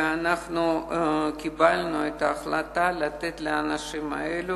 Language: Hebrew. ואנחנו קיבלנו את ההחלטה לתת לאנשים האלה